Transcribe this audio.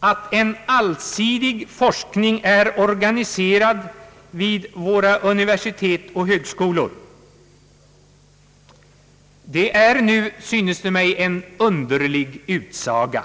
att en allsidig forskning är organiserad vid våra universitet och högskolor. Det är nu, synes det mig, en underlig utsaga.